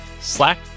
Slack